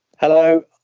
Hello